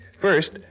First